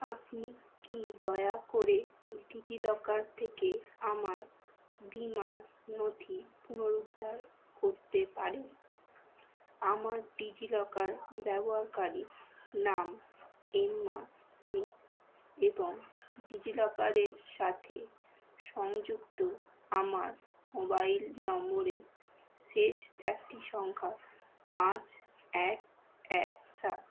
আপনি কি দয়া করে ডিজিলকার থেকে আমার বীমার নথি পুনরুদ্ধার করতে পারেন আমার ডিজিলকার ব্যবহারকারীর নাম এম্মা স্মিথ এবং ডিজিলকারের সাথে সংযুক্ত আমার মোবাইল নম্বরের শেষ চারটি সংখ্যা পাঁচ এক এক সাত